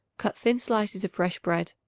cut thin slices of fresh bread.